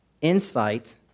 insight